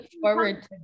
forward